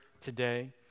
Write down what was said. today